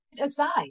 aside